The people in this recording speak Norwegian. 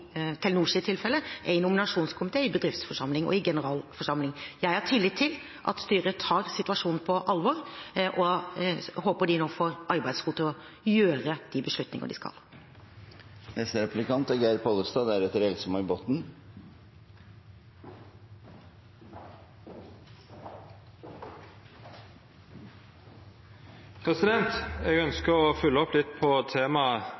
tilfelle er nominasjonskomiteen, bedriftsforsamlingen og generalforsamlingen. Jeg har tillit til at styret tar situasjonen på alvor, og håper de nå får arbeidsro til å ta de beslutninger de skal ta. Eg ønskjer å følgja opp om temaet Telenor. Det er